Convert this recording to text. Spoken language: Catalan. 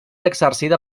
exercida